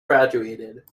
graduated